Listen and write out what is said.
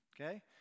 Okay